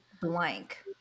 blank